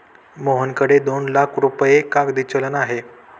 मोहनकडे दोन लाख रुपये कागदी चलन आहे